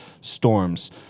storms